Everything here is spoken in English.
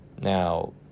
Now